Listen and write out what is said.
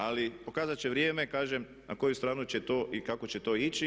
Ali pokazat će vrijeme kažem na koju stranu će to i kako će to ići.